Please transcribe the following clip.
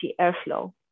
Airflow